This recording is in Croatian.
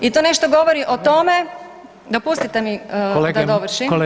I to nešto govori o tome, dopustite mi da dovršim.